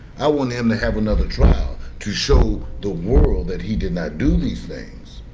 i want him to have another trial to show the world that he did not do these things.